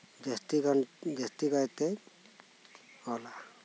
ᱡᱟᱹᱥᱛᱤ ᱠᱟᱭᱛᱮ ᱚᱞᱟ